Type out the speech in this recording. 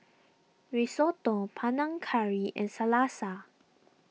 Risotto Panang Curry and Salsa